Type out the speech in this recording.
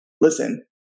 listen